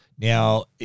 Now